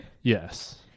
yes